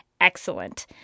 excellent